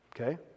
Okay